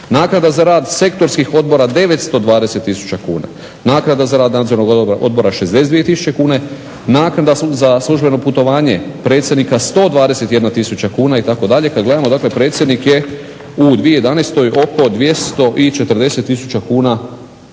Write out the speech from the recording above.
naknada za rad sektorskih odbora 920 tisuća kuna, naknada za rad Nadzornog odbora 62 tisuće kuna, naknada za službeno putovanje predsjednika 121 tisuća kuna itd. Kad gledamo dakle predsjednik je u 2011. oko 240 tisuća